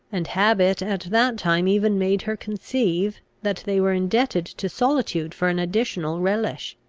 and habit at that time even made her conceive, that they were indebted to solitude for an additional relish.